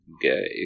Gay